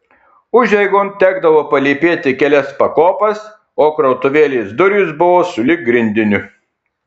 užeigon tekdavo palypėti kelias pakopas o krautuvėlės durys buvo sulig grindiniu